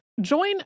Join